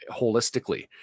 holistically